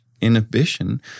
inhibition